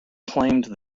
claimed